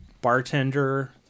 bartender